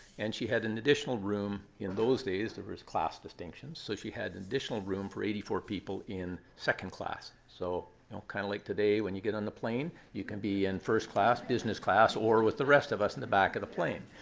and she had an additional room. in those days there was class distinction. so she had additional room for eighty four people in second class. so you know kind of like today when you get on the plane, you can be in first class, business class, or with the rest of us in the back of the plane.